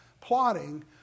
plotting